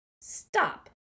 Stop